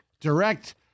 Direct